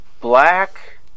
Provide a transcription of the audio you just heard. black